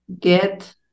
get